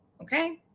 Okay